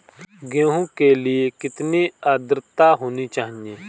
गेहूँ के लिए कितनी आद्रता होनी चाहिए?